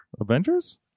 Avengers